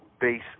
base